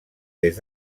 des